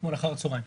אתמול אחר הצוהריים.